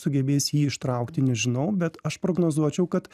sugebės jį ištraukti nežinau bet aš prognozuočiau kad